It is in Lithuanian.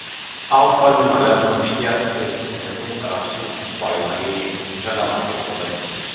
alfa linoleno rūgšties turi sėmenų rapsų sojų aliejai žalialapiai augalai